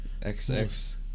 XX